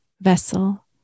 vessel